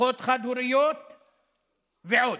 משפחות חד-הוריות ועוד.